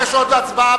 יש עוד הצבעה,